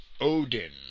Odin